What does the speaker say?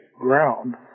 ground